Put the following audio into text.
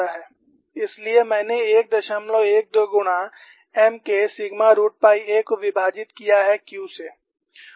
इसलिए मैंने 112 गुणा M k sigma root pi a को विभाजित किया है Q से